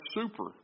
super